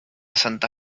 santa